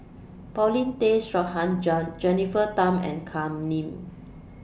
Paulin Tay Straughan John Jennifer Tham and Kam Ning